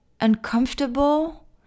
uncomfortable